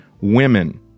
women